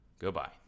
Goodbye